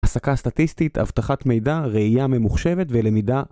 הסקה סטטיסטית, הבטחת מידע, ראייה ממוחשבת ולמידה.